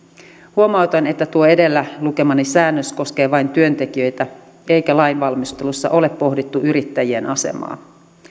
huomautan että tuo edellä lukemani säännös koskee vain työntekijöitä eikä lainvalmistelussa ole pohdittu yrittäjien asemaa